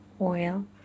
oil